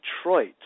Detroit